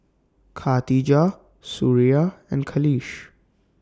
Khatijah Suria and Khalish